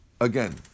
Again